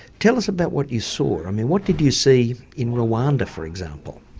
tell us about what you saw? i mean what did you see in rwanda for example?